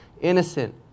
innocent